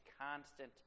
constant